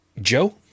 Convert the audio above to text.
Joe